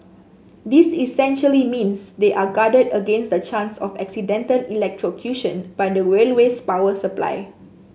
this essentially means they are guarded against the chance of accidental electrocution by the railway's power supply